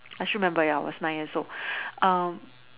I still remember ya I was nine years old um